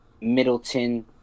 Middleton